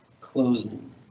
closing